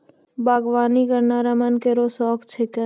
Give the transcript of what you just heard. बागबानी करना रमन केरो शौक छिकै